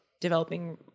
developing